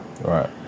right